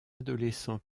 adolescent